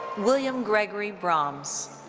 william gregory broms.